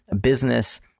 business